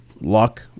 luck